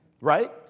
right